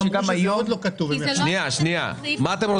תגיד מה אתם רוצים.